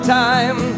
time